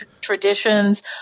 traditions